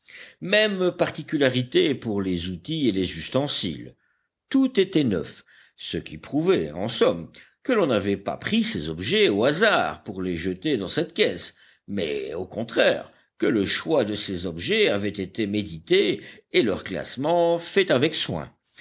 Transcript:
même particularité pour les outils et les ustensiles tout était neuf ce qui prouvait en somme que l'on n'avait pas pris ces objets au hasard pour les jeter dans cette caisse mais au contraire que le choix de ces objets avait été médité et leur classement fait avec soin